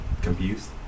Confused